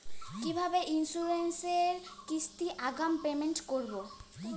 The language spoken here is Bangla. কিভাবে ইন্সুরেন্স এর কিস্তি আগাম পেমেন্ট করবো?